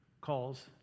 calls